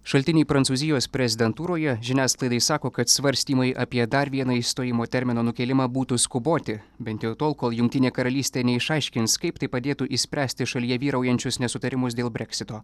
šaltiniai prancūzijos prezidentūroje žiniasklaidai sako kad svarstymai apie dar vieną išstojimo termino nukėlimą būtų skuboti bent jau tol kol jungtinė karalystė neišaiškins kaip tai padėtų išspręsti šalyje vyraujančius nesutarimus dėl breksito